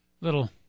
little